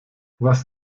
was